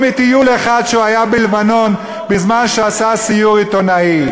חוץ מטיול אחד בלבנון בזמן שהוא עשה סיור עיתונאי.